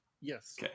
yes